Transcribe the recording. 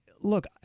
look